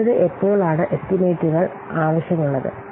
അടുത്തത് എപ്പോൾ ആണ് എസ്റ്റിമേറ്റുകൾ ആവശ്യമുള്ളത്